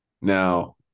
Now